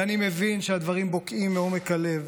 ואני מבין שהדברים בוקעים מעומק הלב